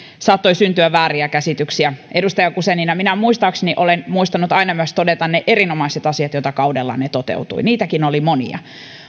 syntyä vääriä käsityksiä edustaja guzenina minä muistaakseni olen muistanut aina todeta myös ne erinomaiset asiat joita kaudellanne toteutui niitäkin oli monia